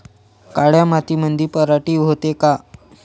काळ्या मातीमंदी पराटी होते का?